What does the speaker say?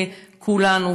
כולנו,